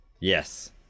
Yes